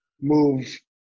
move